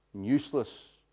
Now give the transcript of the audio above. Useless